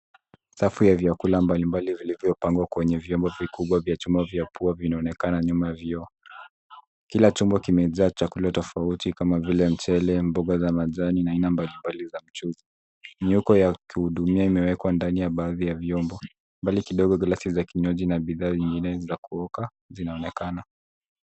Safu ya vyakula mbalimbali vilivyopangwa kwenye viombo vikubwa vya chuma vya pua vinaonekana nyuma ya vioo. Kila chombo kimejaa chakula tofauti kama vile mchele, mboga za majani na aina mbalimbali za mchuzi. Nyoko ya kutu hudumia imewekwa ndani ya baadhi ya viombo. Mbali kidogo, glasi za kinywaji na bidhaa zingine za kuoka, vinaonekana.